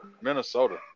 Minnesota